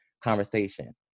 conversation